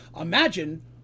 Imagine